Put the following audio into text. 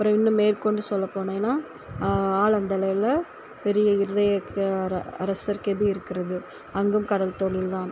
அப்புறம் இன்னும் மேற்கொண்டு சொல்லபோனேனால் ஆலந்தலையில் பெரிய அரசர் கெபி இருக்கிறது அங்கும் கடல் தொழில் தான்